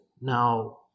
now